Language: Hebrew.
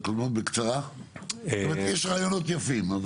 יש רעיונות יפים.